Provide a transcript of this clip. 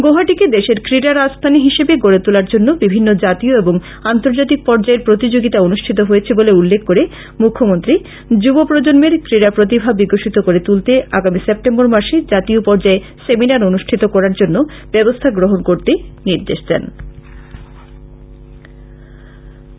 গৌহাটীকে দেশের ক্রীড়া রাজধানী হিসেবে গড়ে তোলার জন্য বিভিন্ন জাতীয় এবং আন্তর্জাতিক পর্যায়ের প্রতিযোগিতা অনুষ্ঠিত হয়েছে বলে উল্লেখ করে মুখ্যমন্ত্রী যুব প্রজন্মের ক্রীড়া প্রতিভা বিকশিত করে তুলতে আগামী সেপ্টেম্বর মাসে জাতীয় পর্যায়ে সেমিনার অনুষ্ঠিত করার জন্য ব্যবস্থা গ্রহন করতে নির্দেশ দেন